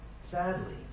sadly